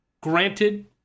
granted